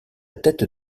tête